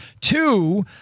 Two